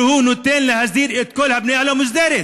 שנותן להסדיר את כל הבנייה הלא-מוסדרת.